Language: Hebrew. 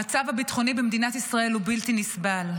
המצב הביטחוני במדינת ישראל הוא בלתי נסבל.